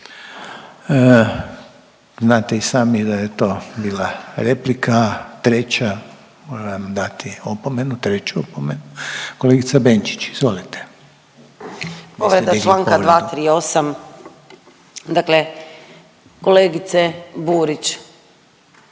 Znate i sami da je to bila replika, treća, moram vam dati opomenu, treću opomenu. Kolegice Benčić, izvolite. **Benčić, Sandra (Možemo!)**